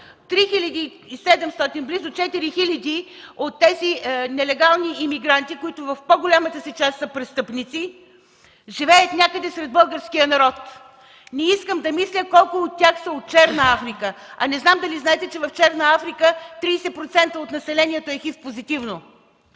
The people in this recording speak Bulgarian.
близо 4000 от тези нелегални имигранти, които в по-голямата си част са престъпници, живеят някъде сред българския народ. Не искам да мисля колко от тях са от Черна Африка. Не знам дали знаете, че в Черна Африка 30% от населението е HIV-позитивно?!